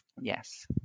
Yes